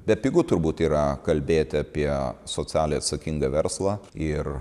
bepigu turbūt yra kalbėti apie socialiai atsakingą verslą ir